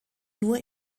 nur